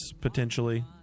potentially